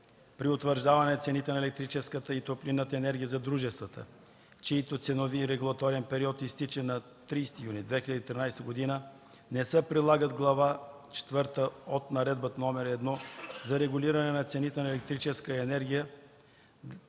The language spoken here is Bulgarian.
При утвърждаване на цените на електрическата и топлинната енергия за дружествата, чийто ценови/регулаторен период изтича на 30 юни 2013 г., не се прилагат Глава ІV от Наредба № 1 за регулиране на цените на електрическата енергия